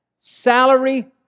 salary